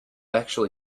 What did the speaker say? actually